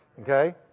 okay